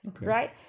right